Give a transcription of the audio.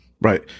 Right